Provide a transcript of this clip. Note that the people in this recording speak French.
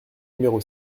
numéro